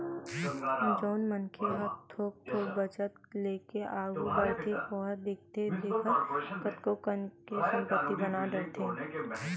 जउन मनखे ह थोक थोक बचत लेके आघू बड़थे ओहा देखथे देखत कतको कन संपत्ति बना डरथे